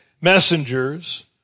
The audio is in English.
messengers